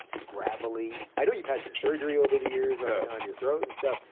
gravelly? i know you've had some surgery over the years on your throat and stuff,